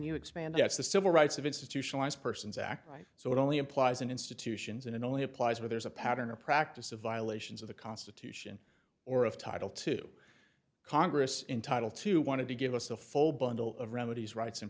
you expand as the civil rights of institutionalized persons act right so it only applies in institutions and it only applies when there's a pattern or practice of violations of the constitution or of title to congress in title two wanted to give us the full bundle of remedies rights and